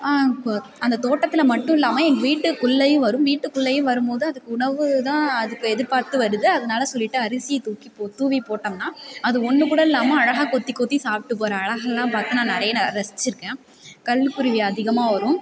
அந்தத் தோட்டத்தில் மட்டும் இல்லாமல் எங்கள் வீட்டுக்குள்ளேயும் வரும் வீட்டுக்குள்ளேயும் வரும்போது அதுக்கு உணவுதான் அதுக்கு எதிர்பார்த்து வருது அதனால சொல்லிட்டு அரிசி தூக்கிப் தூவிப் போட்டோம்ன்னா அது ஒன்றுகூட இல்லாமல் அழகாக கொத்திக் கொத்தி சாப்பிட்டு போற அழகெல்லாம் பார்த்தோன்னா நிறையா நான் ரசிச்சுருக்கேன் கல்குருவி அதிகமாக வரும்